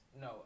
No